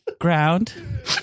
ground